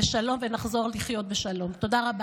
שאין לו שום ארץ אחרת,